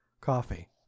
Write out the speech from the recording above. coffee